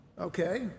Okay